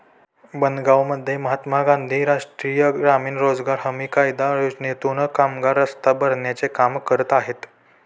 बनगावमध्ये महात्मा गांधी राष्ट्रीय ग्रामीण रोजगार हमी कायदा योजनेतून कामगार रस्ता भरण्याचे काम करत आहेत